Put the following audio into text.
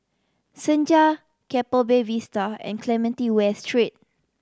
Senja Keppel Bay Vista and Clementi West Street